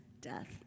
death